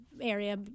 area